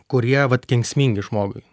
kurie vat kenksmingi žmogui